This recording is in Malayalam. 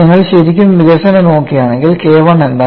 നിങ്ങൾ ശരിക്കും വികസനം നോക്കുകയാണെങ്കിൽ K I എന്താണ്